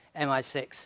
MI6